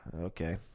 Okay